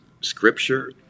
scripture